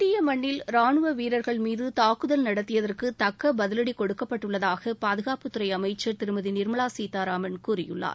இந்திய மண்ணில் ராணுவ வீரர்கள் மீது தூக்குதல் நடத்தியதற்கு தக்க பதிவடி கொடுக்கப்பட்டு உள்ளதாக பாதுகாப்புத் துறை அமைச்சர் திருமதி நிர்மலா சீதாராமன் கூறியிருக்கிறார்